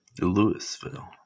Louisville